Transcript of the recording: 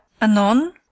anon